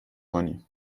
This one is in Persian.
کنی